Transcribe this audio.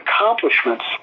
accomplishments